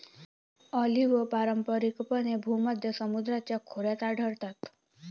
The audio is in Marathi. ऑलिव्ह पारंपारिकपणे भूमध्य समुद्राच्या खोऱ्यात आढळतात